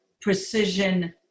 precision